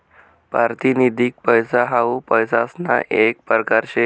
पारतिनिधिक पैसा हाऊ पैसासना येक परकार शे